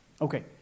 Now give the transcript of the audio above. Okay